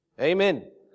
Amen